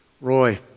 Roy